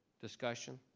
discussion?